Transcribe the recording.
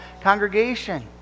congregation